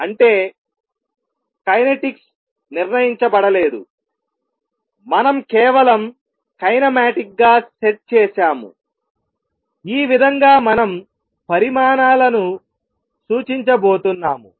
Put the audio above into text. అంటే కైనెటిక్స్ నిర్ణయించబడలేదు మనం కేవలం కైనమాటిక్ గా సెట్ చేసాము ఈ విధంగా మనం పరిమాణాలను సూచించబోతున్నాము